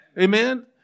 Amen